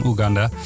Uganda